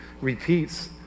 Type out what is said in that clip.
repeats